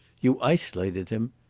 you isolated him.